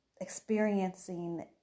experiencing